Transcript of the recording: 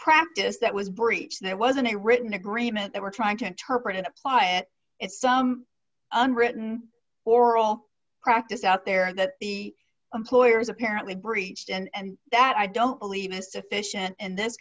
practice that was breached there wasn't a written agreement they were trying to interpret and apply it it's some unwritten oral practice out there that the employers apparently breached and that i don't believe is deficient in this